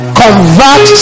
convert